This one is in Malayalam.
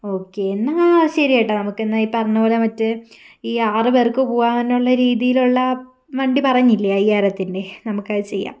ഓക്കെ എന്നാൽ ശരി ചേട്ടാ നമുക്ക് ഈ പറഞ്ഞ പോലെ മറ്റു ഈ ആറുപേർക്ക് പോകാനുള്ള രീതിയിലുള്ള വണ്ടി പറഞ്ഞില്ലേ അയ്യായിരത്തിൻ്റെ നമുക്കത് ചെയ്യാം